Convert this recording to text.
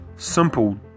simple